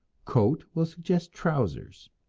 coat will suggest trousers,